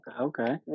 Okay